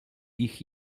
ich